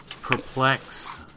perplex